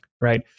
right